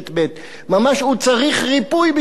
ממש הוא צריך ריפוי בשביל כל הדברים האלה,